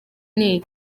n’iyi